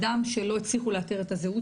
אדם שלא הצליחו לאתר את הזהות